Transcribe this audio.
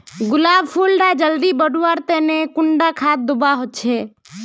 गुलाब फुल डा जल्दी बढ़वा तने कुंडा खाद दूवा होछै?